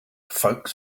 folks